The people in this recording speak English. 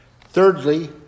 Thirdly